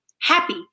happy